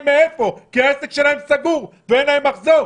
מאיפה כי העסק שלהם סגור ואין להם מחזור.